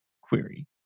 query